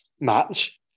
match